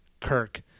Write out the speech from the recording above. Kirk